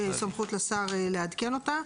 סמכות לשר לעדכן אותה.